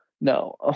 No